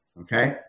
Okay